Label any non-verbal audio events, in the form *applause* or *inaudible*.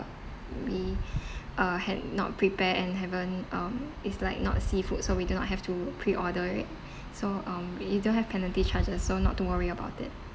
we *breath* uh had not prepare and haven't um it's like not seafood so we do not have to pre-order it so um you don't have penalty charges so not to worry about it